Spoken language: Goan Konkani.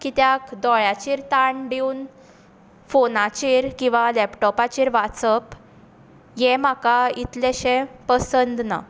कित्याक दोळ्यांचेर तांण दिवन फॉनाचेर किंवा लॅपटाॅपाचेर वाचप हें म्हाका इतलेंशें पसंद ना